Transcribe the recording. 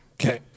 Okay